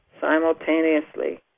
simultaneously